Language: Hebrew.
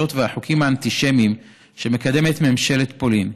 והחוקים האנטישמיים שמקדמת ממשלת פולין.